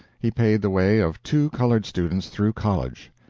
he paid the way of two colored students through college.